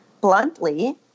bluntly